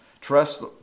Trust